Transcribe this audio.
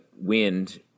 wind